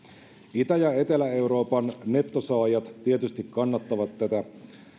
itä ja etelä euroopan nettosaajat tietysti kannattavat tätä